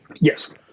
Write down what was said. yes